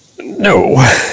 no